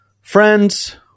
friends